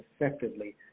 effectively